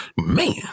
Man